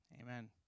Amen